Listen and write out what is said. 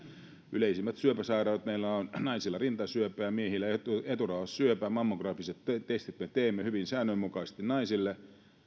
yleisimmät syöpäsairaudet meillä ovat naisilla rintasyöpä ja miehillä eturauhassyöpä mammografiset testit me teemme hyvin säännönmukaisesti naisille